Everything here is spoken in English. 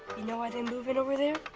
you know why they move in over there?